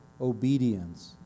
obedience